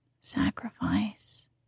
sacrifice